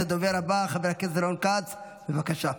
הדובר הבא, חבר הכנסת רון כץ, בבקשה.